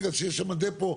בגלל שיש שם דפו,